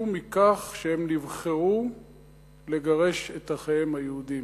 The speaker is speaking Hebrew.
מכך שהם נבחרו לגרש את אחיהם היהודים.